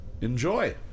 Enjoy